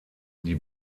die